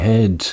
Head